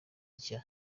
nshya